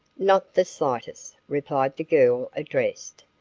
not the slightest, replied the girl addressed,